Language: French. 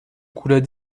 coulait